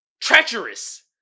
treacherous